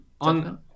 on